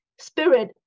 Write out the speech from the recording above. spirit